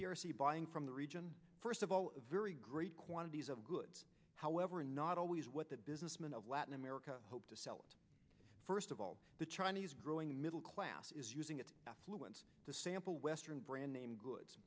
p r c buying from the region first of all a very great quantities of goods however not always what the businessmen of latin america hope to sell it first of all the growing middle class is using its affluence to sample western brand name goods